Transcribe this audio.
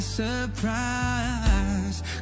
surprise